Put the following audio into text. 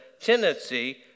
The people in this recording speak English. tendency